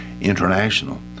International